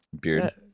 Beard